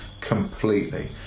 completely